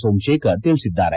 ಸೋಮಶೇಖರ್ ತಿಳಿಸಿದ್ದಾರೆ